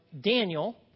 Daniel